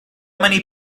many